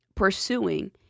pursuing